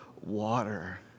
water